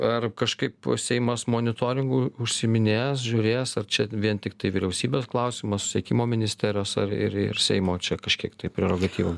ar kažkaip seimas monitoringu užsiiminės žiūrės ar čia vien tiktai vyriausybės klausimas susisiekimo ministerijos ar ir ir seimo čia kažkiek tai prerogatyva